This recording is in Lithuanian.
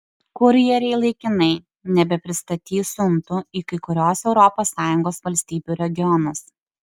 kurjeriai laikinai nebepristatys siuntų į kai kuriuos europos sąjungos valstybių regionus